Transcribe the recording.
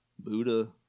Buddha